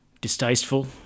distasteful